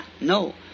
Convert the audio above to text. No